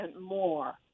more